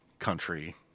country